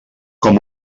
com